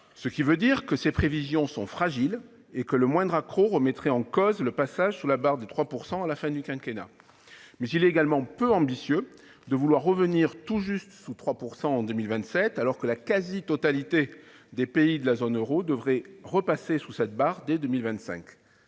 ce qui signifie que ses prévisions sont fragiles et que le moindre accroc remettrait en cause le passage sous la barre des 3 % à la fin du quinquennat. Mais il est également peu ambitieux de vouloir revenir tout juste sous 3 % en 2027, alors que la quasi-totalité des pays de la zone euro devraient repasser sous cette barre dès 2025.